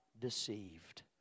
deceived